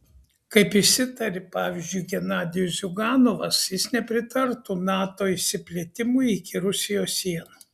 kaip išsitarė pavyzdžiui genadijus ziuganovas jis nepritartų nato išsiplėtimui iki rusijos sienų